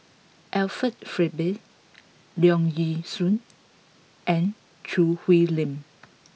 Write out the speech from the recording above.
Alfred Frisby Leong Yee Soo and Choo Hwee Lim